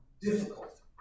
difficult